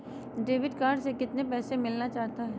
Debit card से कितने पैसे मिलना सकता हैं?